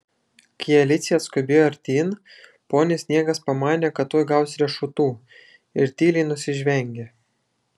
kai alicija atskubėjo artyn ponis sniegas pamanė kad tuoj gaus riešutų ir tyliai nusižvengė